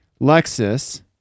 Lexus